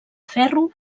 ferro